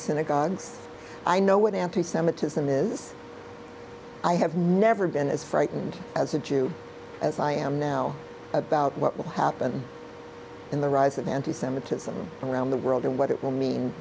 synagogues i know what anti semitism is i have never been as frightened as a jew as i am now about what will happen in the rise of anti semitism around the world and what it will mean